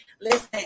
listen